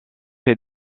fait